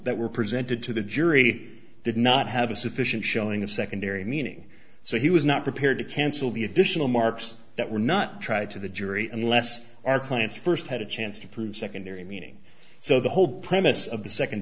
that were presented to the jury did not have a sufficient showing of secondary meaning so he was not prepared to cancel the additional marks that were not tried to the jury unless our client's first had a chance to prove secondary meaning so the whole premise of the second